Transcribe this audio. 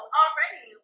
already